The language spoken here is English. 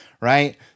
right